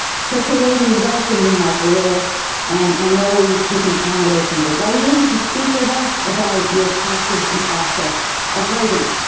so today we welcome you michael lewis and i know you've taken time away from your writing to speak with us about your practice and process of writing.